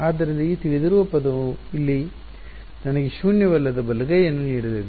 ಆದ್ದರಿಂದ ಈ ತಿಳಿದಿರುವ ಪದವು ಇಲ್ಲಿ ನನಗೆ ಶೂನ್ಯವಲ್ಲದ ಬಲಗೈಯನ್ನು ನೀಡಲಿದೆ